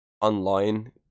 online